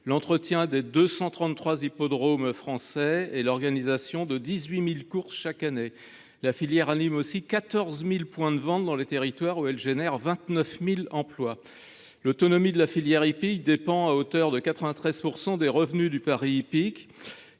l’entretien des 233 hippodromes français et l’organisation de 18 000 courses chaque année. Elle anime également 14 000 points de vente dans les territoires, où elle génère 29 000 emplois. L’autonomie de la filière hippique dépend à 93 % des revenus du pari hippique,